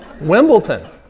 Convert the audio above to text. Wimbledon